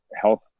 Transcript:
health